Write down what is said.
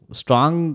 strong